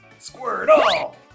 Squirtle